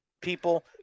people